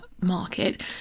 market